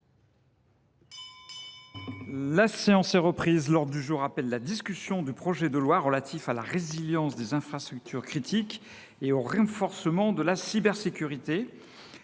L’ordre du jour appelle la discussion du projet de loi relatif à la résilience des infrastructures critiques et au renforcement de la cybersécurité